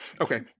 okay